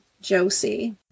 Josie